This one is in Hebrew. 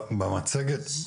במצגת.